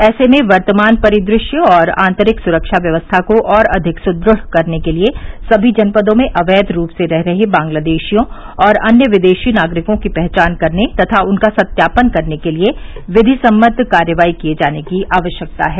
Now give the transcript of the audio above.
ऐसे में वर्तमान परिदृश्य और आतरिक सुरक्षा व्यवस्था को और अधिक सुदृढ़ करने के लिये सभी जनपदों में अवैध रूप से रह रहे बाग्लादेशियों और अन्य विदेशी नागरिकों की पहचान करने तथा उनका सत्यापन करने के लिये विधि समस्त कार्रवाई किये जाने की आवश्यकता है